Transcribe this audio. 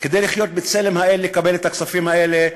כדי לחיות בצלם האל, לקבל את הכספים האלה?